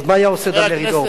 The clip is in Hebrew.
אז מה היה עושה דן מרידור?